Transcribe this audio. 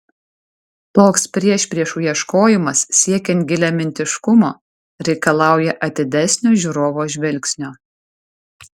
toks priešpriešų ieškojimas siekiant giliamintiškumo reikalauja atidesnio žiūrovo žvilgsnio